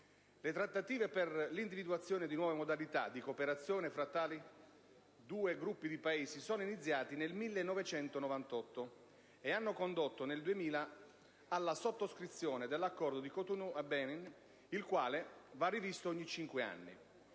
Le trattative per l'individuazione di nuove modalità di cooperazione tra tali due gruppi di Paesi sono iniziate nel 1998 e hanno condotto nel 2000 alla sottoscrizione dell'Accordo di Cotonou nel Benin, il quale va rivisto ogni cinque anni.